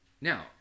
Now